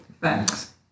Thanks